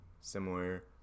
similar